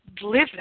live